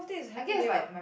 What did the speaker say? I guess is like my